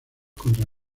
contra